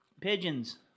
pigeons